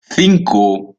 cinco